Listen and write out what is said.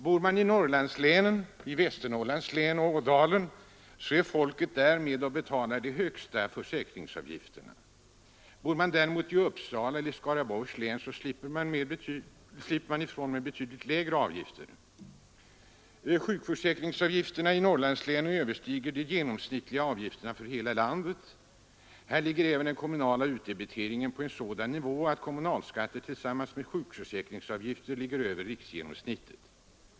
Bor man i Norrlandslänen — t.ex. i Ådalen — får man vara med och betala de högsta försäkringsavgifterna. Bor man däremot i Uppsala eller Skaraborgs län slipper man ifrån med betydligt lägre avgifter. Sjukförsäkringsavgifterna i Norrlandslänen överstiger de genomsnittliga avgifterna för hela landet. Här ligger även den kommunala utdebiteringen på en sådan nivå att kommunalskatten tillsammans med sjukförsäkringsavgiften ligger över riksgenomsnittet.